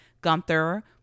Gunther